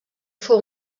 fou